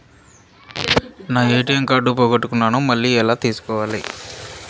నా ATM card పోగొట్టుకున్నాను, మళ్ళీ ఎలా తీసుకోవాలి?